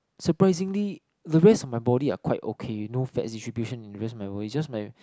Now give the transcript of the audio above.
surprisingly the rest of my body are quite okay you know fats distribution in rest of my body is just my